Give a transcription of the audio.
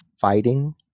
fighting